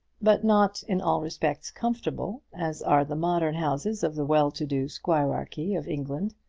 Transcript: but not in all respects comfortable as are the modern houses of the well-to-do squirearchy of england.